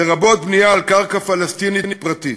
לרבות בנייה על קרקע פלסטינית פרטית.